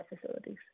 facilities